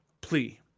plea